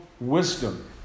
wisdom